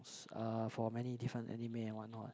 uh for many different anime and what not